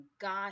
God